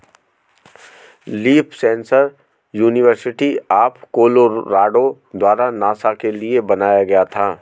leaf sensor university of Colorado द्वारा NASA के लिए बनाया गया था